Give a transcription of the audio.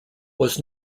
was